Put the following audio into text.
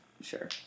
Sure